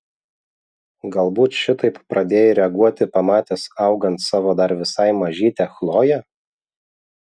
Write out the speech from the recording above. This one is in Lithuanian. galbūt šitaip pradėjai reaguoti pamatęs augant savo dar visai mažytę chloję